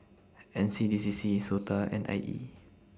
N C D C C Sota and I E